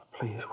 Please